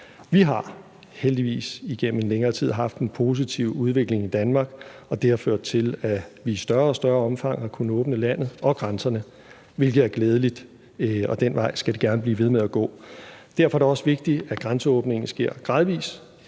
Vi har heldigvis igennem en længere tid haft en positiv udvikling i Danmark, og det har ført til, at vi i større og større omfang har kunnet åbne landet og grænserne, hvilket er glædeligt, og den vej skal det gerne blive ved med at gå. Derfor er det også vigtigt, at grænseåbningen sker gradvis.